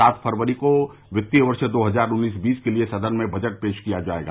सात फरवरी को वित्तीय वर्ष दो हजार उन्नीस बीस के लिये सदन में बजट पेश किया जायेगा